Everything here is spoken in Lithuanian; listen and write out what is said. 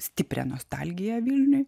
stiprią nostalgiją vilniui